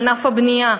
ענף הבנייה,